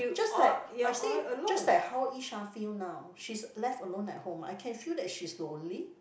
just like I say just like how Yisha feel now she's left alone at home I can feel that she's lonely